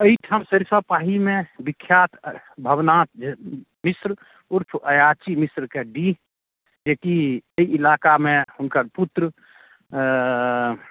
अहिठाम सरिसो पाहीमे विख्यात भबनाथ मिश्र उर्फ अयाची मिश्रके डीह जेकि एहि इलाकामे हुनकर पुत्र